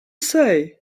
say